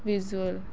visual